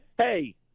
hey